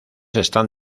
están